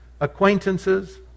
acquaintances